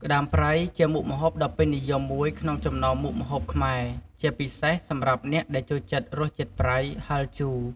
ក្តាមប្រៃជាមុខម្ហូបដ៏ពេញនិយមមួយក្នុងចំណោមមុខម្ហូបខ្មែរ ជាពិសេសសម្រាប់អ្នកដែលចូលចិត្តរសជាតិប្រៃ ហិរ ជូរ។